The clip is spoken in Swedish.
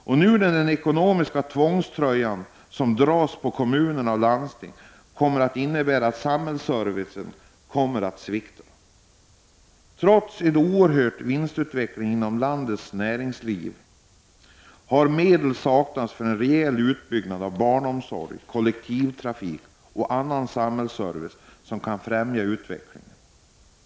När nu den ekonomiska tvångströjan dras på kommuner och landsting kommer samhällsservicen att svikta. Trots en oerhörd vinstutveckling inom landets näringsliv har medel saknats för en rejäl utbyggnad av barnomsorg, kollektivtrafik och annan samhällsservice som kan främja utvecklingen.